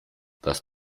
das